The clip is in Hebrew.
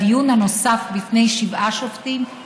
בדיון הנוסף לפני שבעה שופטים,